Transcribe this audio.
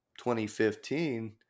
2015